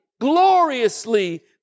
gloriously